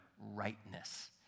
rightness